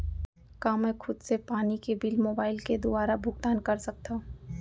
का मैं खुद से पानी के बिल मोबाईल के दुवारा भुगतान कर सकथव?